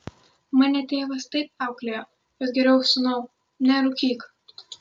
mane tėvas taip auklėjo kad geriau sūnau nerūkyk